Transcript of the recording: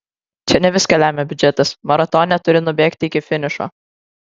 čia ne viską lemia biudžetas maratone turi nubėgti iki finišo